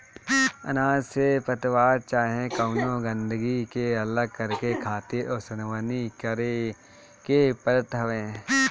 अनाज से पतवार चाहे कवनो गंदगी के अलग करके खातिर ओसवनी करे के पड़त हवे